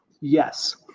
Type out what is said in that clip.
yes